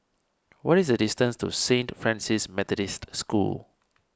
what is the distance to Saint Francis Methodist School